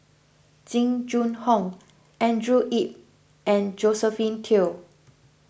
Jing Jun Hong Andrew Yip and Josephine Teo